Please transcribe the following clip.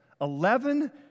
Eleven